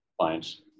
clients